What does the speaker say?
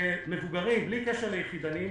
בלי קשר ליחידניים